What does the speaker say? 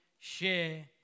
share